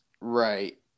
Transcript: right